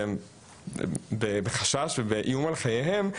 שנמצאים בחשש ובאיום על חייהם,